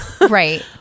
Right